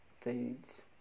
foods